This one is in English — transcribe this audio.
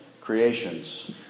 creations